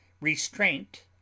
Restraint